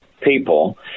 people